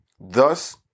Thus